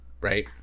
Right